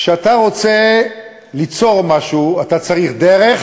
כשאתה רוצה ליצור משהו אתה צריך דרך,